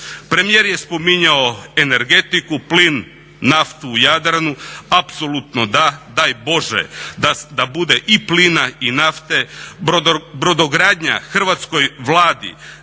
Premijer je spominjao energetiku, plin, naftu u Jadranu. Apsolutno da, daj Bože da bude i plina i nafte. Brodogradnja hrvatskoj Vladi